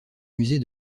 musée